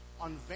on